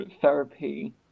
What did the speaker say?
therapy